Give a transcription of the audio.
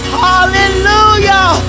hallelujah